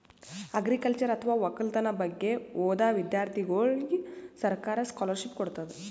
agriculture ಅಥವಾ ವಕ್ಕಲತನ್ ಬಗ್ಗೆ ಓದಾ ವಿಧ್ಯರ್ಥಿಗೋಳಿಗ್ ಸರ್ಕಾರ್ ಸ್ಕಾಲರ್ಷಿಪ್ ಕೊಡ್ತದ್